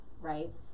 right